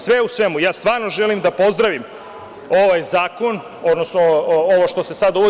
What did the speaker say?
Sve u svemu, ja stvarno želim da pozdravim ovaj zakon, odnosno ovo što se sada uvodi.